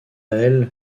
elle